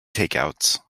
takeouts